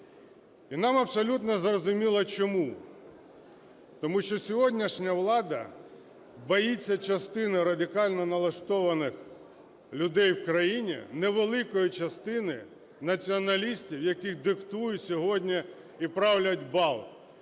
І нам абсолютно зрозуміло, чому. Тому що сьогоднішня влада боїться частини радикально налаштованих людей в країні, невеликої частини націоналістів, які диктують сьогодні і правлять бал.